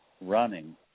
running